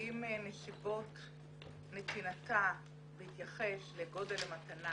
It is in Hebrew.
האם נסיבות נתינתה בהתייחס לגודל המתנה